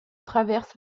traverse